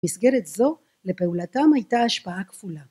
‫בסגרת זו, לפעולתם הייתה השפעה כפולה.